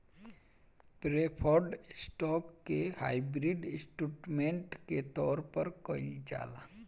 preferred stock के hybrid instrument के तौर पर कइल जाला